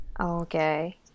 Okay